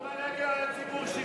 אני לא בא להגן על הציבור שלי,